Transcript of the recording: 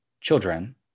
children